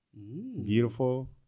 Beautiful